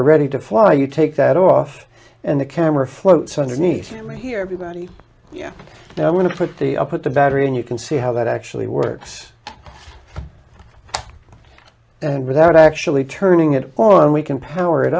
are ready to fly you take that off and the camera floats underneath here everybody you know i'm going to put the up at the battery and you can see how that actually works and without actually turning it on we can power it